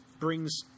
brings